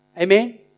Amen